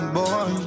boy